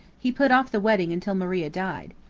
he put off the wedding until maria died.